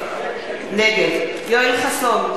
נגד יואל חסון,